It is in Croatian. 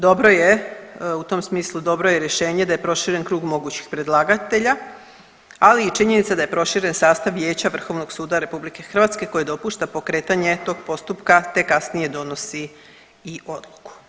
Dobro je, u tom smislu dobro je rješenje da je proširen krug mogućih predlagatelja, ali i činjenica da je proširen sastav vijeća Vrhovnog suda RH koji dopušta pokretanje tog postupka, te kasnije donosi i odluku.